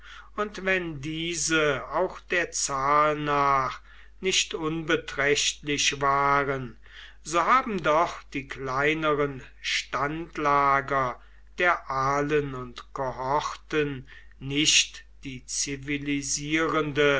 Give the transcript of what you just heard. und wenn diese auch der zahl nach nicht unbeträchtlich waren so haben doch die kleineren standlager der alen und kohorten nicht die